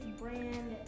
brand